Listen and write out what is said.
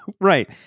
right